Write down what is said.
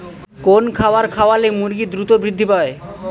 কোন খাবার খাওয়ালে মুরগি দ্রুত বৃদ্ধি পায়?